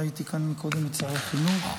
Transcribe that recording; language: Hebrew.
ראיתי כאן קודם את שר חינוך.